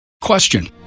Question